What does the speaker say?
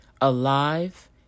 alive